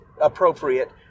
appropriate